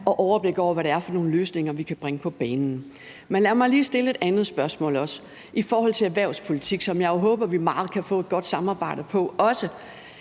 der er, eller hvad det er for nogle løsninger, vi kan bringe på banen. Men lad mig også lige stille et andet spørgsmål i forhold til erhvervspolitik, som jeg jo håber meget at vi også kan få et godt samarbejde om.